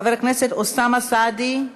חבר הכנסת אוסאמה סעדי,